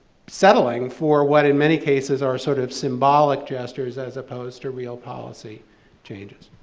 settling for what, in many cases, are sort of symbolic gestures as opposed to real policy changes?